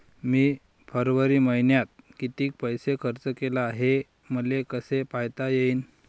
मी फरवरी मईन्यात कितीक पैसा खर्च केला, हे मले कसे पायता येईल?